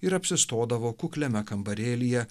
ir apsistodavo kukliame kambarėlyje